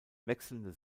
wechselnde